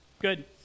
good